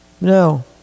No